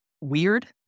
weird